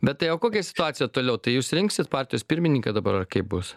bet tai o kokia situacija toliau tai jūs rinksit partijos pirmininką dabar ar kaip bus